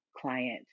client